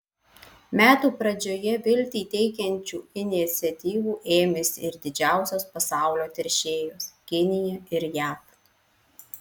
metų pradžioje viltį teikiančių iniciatyvų ėmėsi ir didžiausios pasaulio teršėjos kinija ir jav